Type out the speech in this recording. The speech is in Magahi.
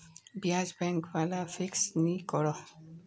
ब्याज़ बैंक वाला फिक्स नि करोह